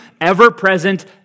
ever-present